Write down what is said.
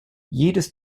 jedes